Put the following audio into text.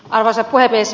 arvoisa puhemies